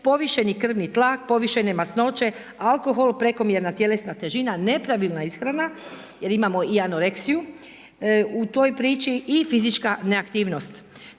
povišeni krvi tlak, povišene masnoće, alkohol, prekomjerna tjelesna težina, nepravilna ishrana jer imamo i anoreksiju u toj priči, i fizička neaktivnost.